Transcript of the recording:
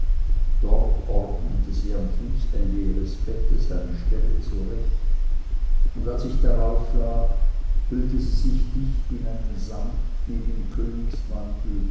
dort ordnete sie am fußende ihres bettes eine stelle zurecht und als ich darauf lag hüllte sie sich dicht in einen